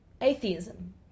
atheism